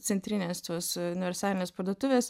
centrinės tos universalinės parduotuvės